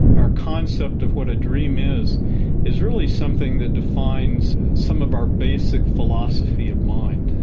our concept of what a dream is is really something that defines some of our basic philosophy of mind.